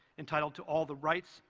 entitled to all the rights,